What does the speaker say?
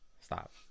Stop